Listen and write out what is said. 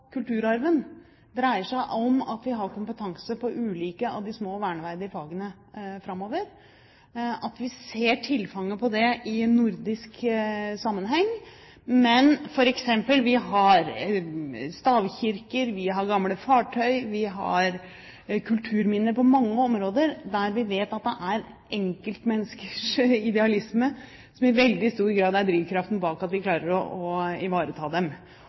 kulturarven dreier seg om at vi har kompetanse i de ulike, små verneverdige fagene framover, at vi ser tilfanget av det i nordisk sammenheng. Vi har f.eks. stavkirker, vi har gamle fartøy, vi har kulturminner på mange områder – og vi vet at det er enkeltmenneskers idealisme som i veldig stor grad er drivkraften bak at vi klarer å ivareta dem.